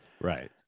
Right